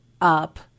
up